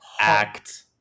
act